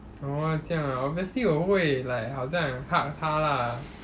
orh 这样啊 obviously 我会 like 好像 hug 她 lah